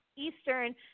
Eastern